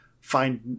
find